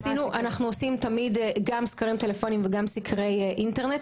אנחנו תמיד עושים גם סקרים טלפוניים וגם סקרי אינטרנט.